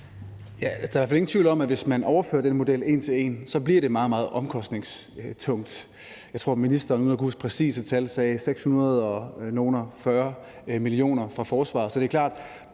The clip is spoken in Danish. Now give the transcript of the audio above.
Der er i hvert fald ingen tvivl om, at hvis man overfører den model en til en, så bliver det meget omkostningstungt. Uden at kunne huske præcise tal tror jeg, at ministeren sagde